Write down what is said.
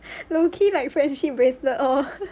low key like friendship bracelet all